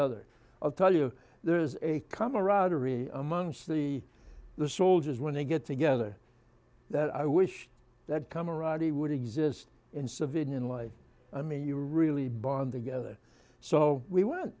other i'll tell you there's a camaraderie amongst the the soldiers when they get together that i wished that come roddy would exist in civilian life i mean we really bonded together so we went